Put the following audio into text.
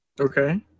Okay